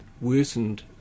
worsened